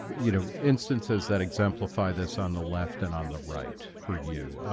you know instances that exemplify this on the left and on the right for you,